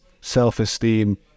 self-esteem